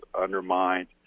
undermined